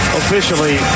officially